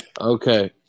Okay